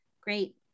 Great